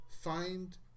Find